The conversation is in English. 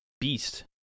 beast